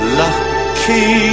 lucky